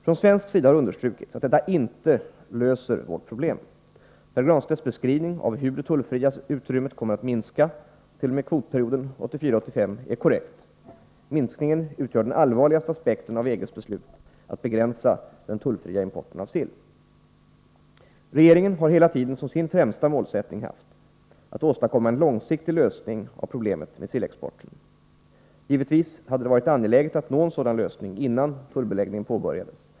Från svensk sida har understrukits att dettainte — 9 mars 1984 löser vårt problem. Pär Granstedts beskrivning av hur det tullfria utrymmet kommer att minska t.o.m. kvotperioden 1984/85 är korrekt. Minskningen Om exporten av sill utgör den allvarligaste aspekten av EG:s beslut att begränsa den tullfria — tjl] EG-länder importen av sill. Regeringen har hela tiden som sin främsta målsättning haft att åstadkomma en långsiktig lösning av problemet med sillexporten. Givetvis hade det varit angeläget att nå en sådan lösning innan tullbeläggningen påbörjades.